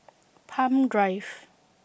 Palm Drive